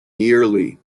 yearly